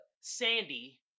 Sandy